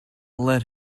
let